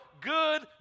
Good